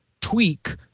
tweak